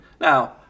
Now